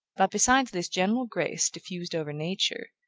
but besides this general grace diffused over nature,